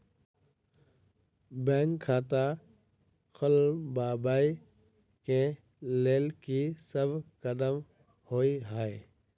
Bank खाता खोलबाबै केँ लेल की सब कदम होइ हय?